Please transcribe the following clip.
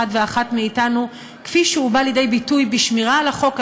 ואחת מאתנו כפי שהוא בא לידי ביטוי בשמירה על החוק,